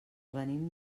venim